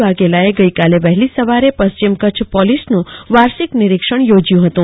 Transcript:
વાઘેલાએ ગઈકાલે વહેલી સવારે પશ્ચિમ કચ્છ પોલીસનું વાર્ષિક નીરીક્ષણ યોજ્યું હતું